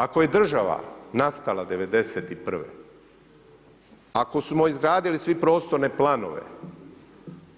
Ako je država nastala '91., ako smo izgradili svi prostorne planove,